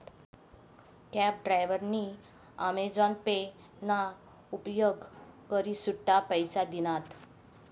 cab डायव्हरनी Amazon Pay ना उपेग करी सुट्टा पैसा दिनात